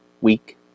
week